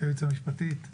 היועצת המשפטית?